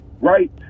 right